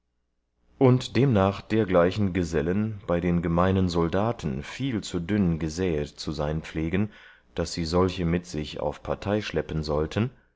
und demnach dergleichen gesellen bei den gemeinen soldaten viel zu dünn gesäet zu sein pflegen daß sie solche mit sich auf partei schleppen sollten